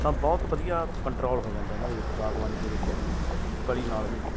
ਤਾਂ ਬਹੁਤ ਵਧੀਆ ਕੰਟਰੋਲ ਹੋ ਜਾਂਦਾ ਇਹਨਾਂ ਦੇ ਵਿੱਚ ਬਾਗਬਾਨੀ ਦੇ ਵਿੱਚ ਕਲੀ ਨਾਲ ਵੀ